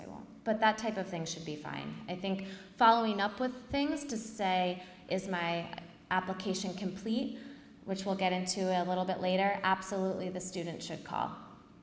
will but that type of thing should be fine i think following up with things to say is my application complete which will get into a little bit later absolutely the student should